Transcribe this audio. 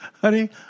Honey